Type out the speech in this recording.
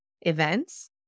events